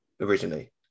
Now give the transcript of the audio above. originally